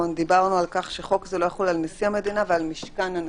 כך שחוק זה לא יחול על נשיא המדינה ועל בית הנשיא.